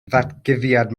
ddatguddiad